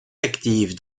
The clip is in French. active